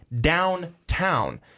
downtown